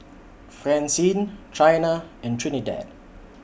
Francine Chyna and Trinidad